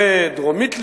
זה דרומית לישראל,